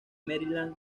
maryland